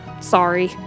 Sorry